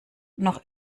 noch